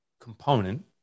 component